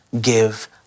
give